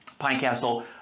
Pinecastle